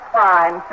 fine